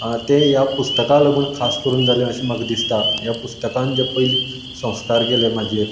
तें ह्या पुस्तकाक लागून खास करून जालें अशें म्हाका दिसता त्या पुस्तकान जें पयलीं संस्कार केले म्हाजेर